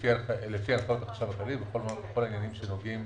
לפי הנחיות החשב הכללי, לכל העניינים שנוגעים